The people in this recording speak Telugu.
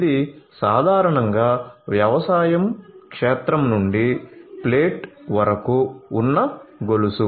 ఇది సాధారణంగా వ్యవసాయ క్షేత్రం నుండి ప్లేట్ వరకు ఉన్న గొలుసు